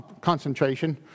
concentration